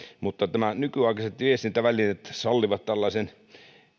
mutta nämä nykyaikaiset viestintävälineet sallivat tällaisen